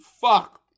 fuck